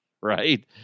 Right